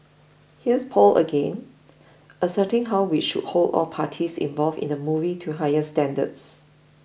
here's Paul again asserting how we should hold all the parties involved in the movie to higher standards